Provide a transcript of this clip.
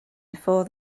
before